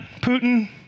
Putin